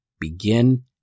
Begin